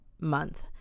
month